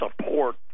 support